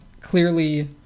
clearly